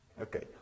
Okay